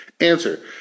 Answer